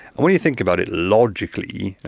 when you think about it logically,